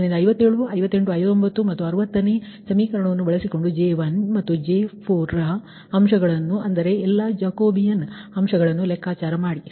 ಆದ್ದರಿಂದ 57 58 59 ಮತ್ತು 60ನೇ ಸಮೀಕರಣವನ್ನು ಬಳಸಿಕೊಂಡು J1 ಮತ್ತು J4 ರ ಅಂಶಗಳನ್ನು ಅಂದರೆ ಎಲ್ಲಾ ಜಾಕೋಬಿಯನ್ ಅಂಶಗಳನ್ನು ಲೆಕ್ಕಾಚಾರ ಮಾಡಿ